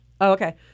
Okay